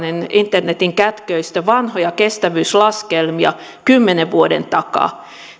internetin kätköistä vanhoja kestävyyslaskelmia kymmenen vuoden takaa